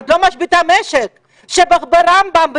ברמב"ם,